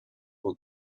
will